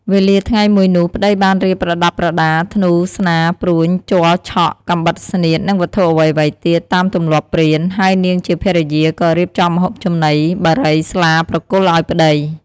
វេលាថ្ងៃមួយនោះ ប្តីបានរៀបប្រដាប់ប្រដា ធ្នូ ស្នា ព្រួញជ័រឆក់ កាំបិតស្នៀត និងវត្ថុអ្វីៗទៀត តាមទម្លាប់ព្រាន ហើយនាងជាភរិយា ក៏រៀបចំម្ហូបចំណី បារី ស្លាប្រគល់ឱ្យប្ដី។